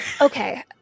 okay